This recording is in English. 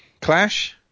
Clash